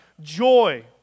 joy